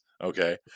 Okay